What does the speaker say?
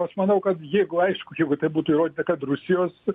aš manau kad jeigu aišku jeigu tai būtų įrodyta kad rusijos